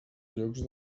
llocs